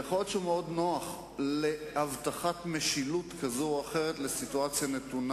אבל לא עוסקים בעניינים פרסונליים אלא